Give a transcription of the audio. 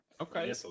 okay